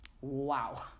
Wow